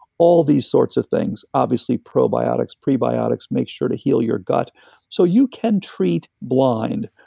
all these sorts of things, obviously probiotics prebiotics, make sure to heal your gut so you can treat blind.